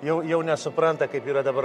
jau jau nesupranta kaip yra dabar